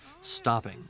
stopping